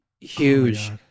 huge